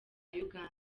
uganda